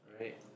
Right